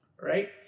right